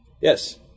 Yes